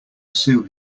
sue